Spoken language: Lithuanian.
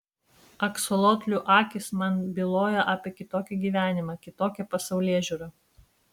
aksolotlių akys man bylojo apie kitokį gyvenimą kitokią pasaulėžiūrą